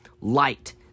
light